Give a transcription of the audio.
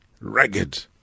ragged